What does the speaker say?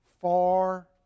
far